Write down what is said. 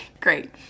great